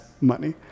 money